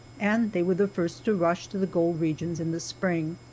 and they were the first to rush to the gold regions in the spring.